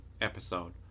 episode